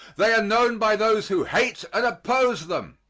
they are known by those who hate and oppose them.